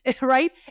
right